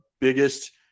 biggest